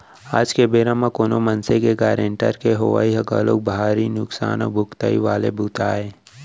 आज के बेरा म कोनो मनसे के गारंटर के होवई ह घलोक भारी नुकसान अउ भुगतई वाले बूता आय